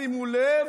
שימו לב,